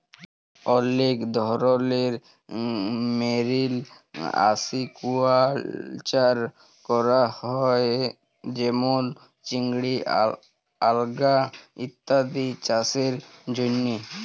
অলেক ধরলের marine aquaculture ক্যরা হ্যয়ে যেমল চিংড়ি, আলগা ইত্যাদি চাসের জন্হে